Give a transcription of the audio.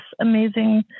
amazing